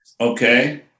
Okay